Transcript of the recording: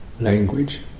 language